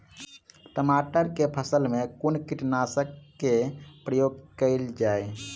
टमाटर केँ फसल मे कुन कीटनासक केँ प्रयोग कैल जाय?